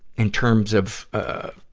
in terms of, ah,